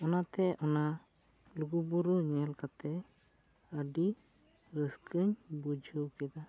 ᱚᱱᱟᱛᱮ ᱚᱱᱟ ᱞᱩᱜᱩ ᱵᱩᱨᱩ ᱧᱮᱞ ᱠᱟᱛᱮᱜ ᱟᱹᱰᱤ ᱨᱟᱹᱥᱠᱟᱹ ᱵᱩᱡᱷᱟᱹᱣ ᱠᱮᱫᱟ